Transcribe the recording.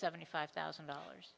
seventy five thousand dollars